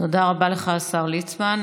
תודה רבה לך, השר ליצמן.